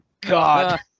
God